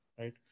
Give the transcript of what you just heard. Right